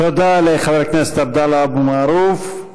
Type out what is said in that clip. תודה לחבר הכנסת עבדאללה אבו מערוף.